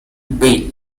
bali